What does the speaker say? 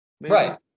Right